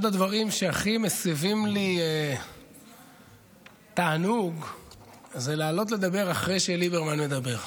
אחד הדברים שהכי מסיבים לי תענוג זה לעלות לדבר אחרי שליברמן מדבר,